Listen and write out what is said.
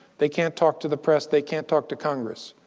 they can't talk to the press. they can't talk to congress.